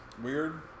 weird